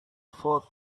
fourth